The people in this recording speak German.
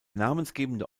namensgebende